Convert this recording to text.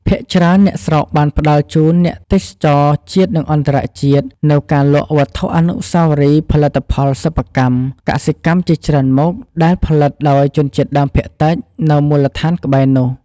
ភាគច្រើនអ្នកស្រុកបានផ្តល់ជូនអ្នកទេសចរណ៍ជាតិនិងអន្តរជាតិ នូវការរលក់វត្ថុអនុស្សាវរីយ៍ផលិតផលសិប្បកម្ម កសិកម្មជាច្រើនមុខដែលផលិតដោយជនជាតិដើមភាគតិចនៅមូលដ្ឋានក្បែរនោះ ។